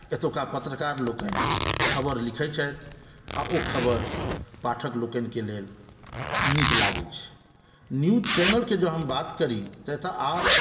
एतुका पत्रकार लोकनि खबरि लिखै छथि आ ओ खबर पाठक लोकनिकेँ लेल नीक लागै छै न्यूज चैनलके जँ हम अगर बात करी तऽ एतऽ आर